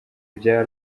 bya